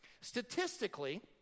Statistically